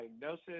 diagnosis